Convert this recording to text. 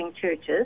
churches